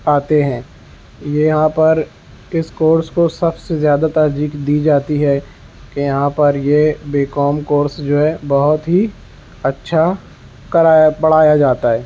آتے ہیں یہ یہاں پر اس کورس کو سب سے زیادہ ترجیح دی جاتی ہے کہ یہاں پر یہ بی کام کورس جو ہے بہت ہی اچھا کرایا پڑھایا جاتا ہے